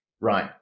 right